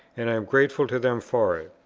and i am grateful to them for it.